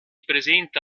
presenta